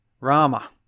Rama